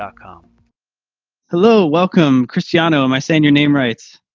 ah com hello, welcome cristiano. am i saying your name right?